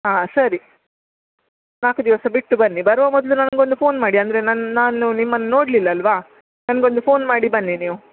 ಹಾಂ ಸರಿ ನಾಲ್ಕು ದಿವಸ ಬಿಟ್ಟು ಬನ್ನಿ ಬರುವ ಮೊದಲು ನನಗೊಂದು ಫೋನ್ ಮಾಡಿ ಅಂದರೆ ನನ್ನ ನಾನು ನಿಮ್ಮನ್ನು ನೋಡಲಿಲ್ಲ ಅಲ್ಲವಾ ನನಗೊಂದು ಫೋನ್ ಮಾಡಿ ಬನ್ನಿ ನೀವು